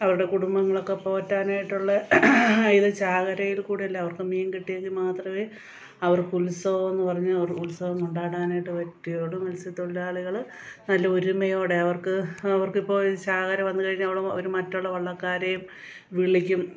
അവരുടെ കുടുംബങ്ങളൊക്കെ പോറ്റാനായിട്ടുള്ള ഇതു ചാകരയിൽ കൂടി അല്ലേ അവർക്കു മീൻ കിട്ടിയെങ്കിൽ മാത്രമേ അവർക്ക് ഉത്സവമെന്നു പറഞ്ഞ് അവർ ഉത്സവം കൊണ്ടാടാനായിട്ടു പറ്റുകയുള്ളൂ മത്സ്യത്തൊഴിലാളികൾ നല്ല ഒരുമയോടെ അവർക്ക് അവർക്കിപ്പോൾ ഒരു ചാകര വന്നു കഴിഞ്ഞാൽ അവൾ അവർ മറ്റുള്ള വള്ളക്കാരെയും വിളിക്കും